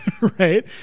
right